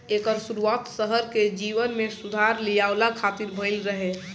एकर शुरुआत शहर के जीवन में सुधार लियावे खातिर भइल रहे